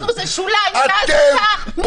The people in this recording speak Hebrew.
-- זה לא אנחנו, זה שוליים --- אתם פורים.